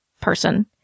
person